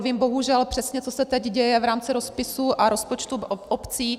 Vím bohužel přesně, co se teď děje v rámci rozpisů a rozpočtů obcí.